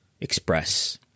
express